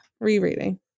rereading